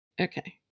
Okay